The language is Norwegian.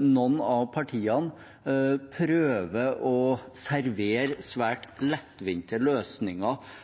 noen av partiene dessverre prøver å servere svært lettvinte løsninger